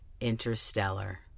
Interstellar